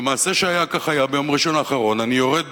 ומעשה שהיה כך היה: ביום ראשון האחרון אני יורד